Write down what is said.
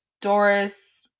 Doris